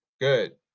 Good